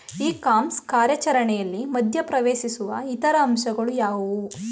E commerce ಕಾರ್ಯಾಚರಣೆಯಲ್ಲಿ ಮಧ್ಯ ಪ್ರವೇಶಿಸುವ ಇತರ ಅಂಶಗಳು ಯಾವುವು?